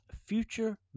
future